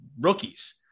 rookies